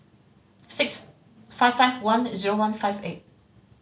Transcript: six five five one zero one five eight